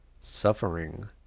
suffering